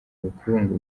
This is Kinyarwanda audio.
bukungu